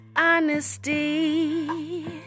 Honesty